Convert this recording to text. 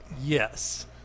Yes